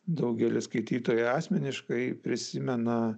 daugelis skaitytojų asmeniškai prisimena